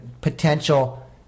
potential